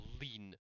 lean